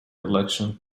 election